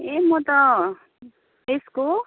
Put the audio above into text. ए म त यसको